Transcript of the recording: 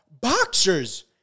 boxers